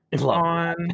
on